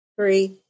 three